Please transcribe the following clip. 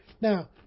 Now